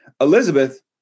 Elizabeth